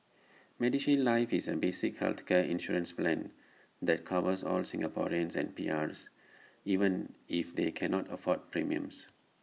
medishield life is A basic healthcare insurance plan that covers all Singaporeans and PRs even if they cannot afford premiums